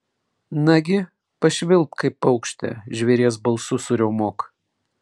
nagi pašvilpk kaip paukštė žvėries balsu suriaumok